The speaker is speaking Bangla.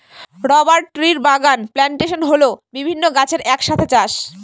রবার ট্রির বাগান প্লানটেশন হল বিভিন্ন গাছের এক সাথে চাষ